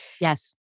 Yes